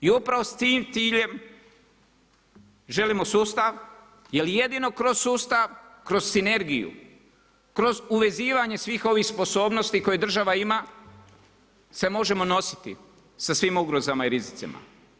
I upravo s tim ciljem želimo sustav jer jedino kroz sustav, kroz sinergiju, kroz uvezivanje svih ovih sposobnosti koje država ima se možemo nositi sa svim ugrozama i rizicima.